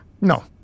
No